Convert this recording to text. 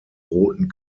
roten